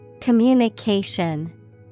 Communication